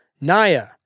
Naya